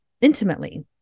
intimately